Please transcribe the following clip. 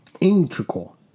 integral